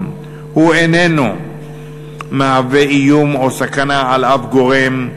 הוא איננו מהווה איום או סכנה על שום גורם,